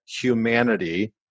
humanity